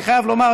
אני חייב לומר,